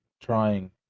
trying